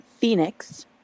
Phoenix